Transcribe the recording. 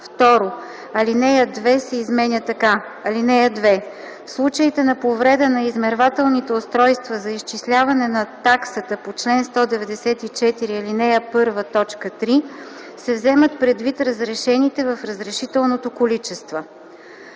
2. Алинея 2 се изменя така: „(2) В случаите на повреда на измервателните устройства за изчисляване на таксата по чл. 194, ал. 1, т. 3 се вземат предвид разрешените в разрешителното количества”.